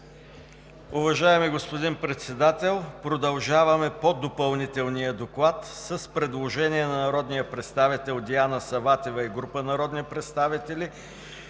Уважаеми господин Председател, продължаваме по Допълнителния доклад с предложение на народния представител Диана Саватева и група народни представители: